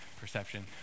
perception